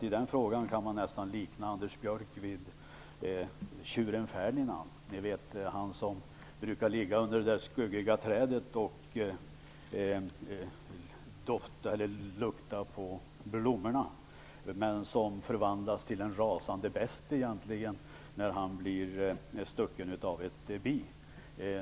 I den frågan kan man nästan likna Anders Björck vid tjuren Ferdinand, ni vet han som brukar ligga under det skuggiga trädet och lukta på blommorna men som förvandlas till en rasande best när han blir stucken av ett bi.